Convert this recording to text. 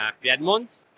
Piedmont